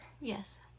Yes